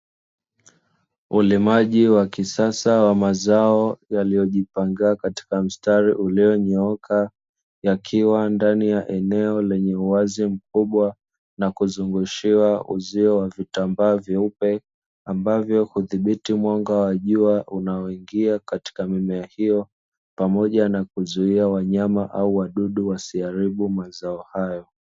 Ulimaji wa kisasa wa mazao yaliyojipanga katika mstari, ulionyooka yakiwa ndani ya eneo lenye uwazi mkubwa na kuzungushiwa uzio wa vitambaa vyeupe ambavyo hudhibiti mwanga wa jua unaoingia katika mimea hiyo pamoja, na kuzuia wanyama au wadudu wasiharibu mazao hayo.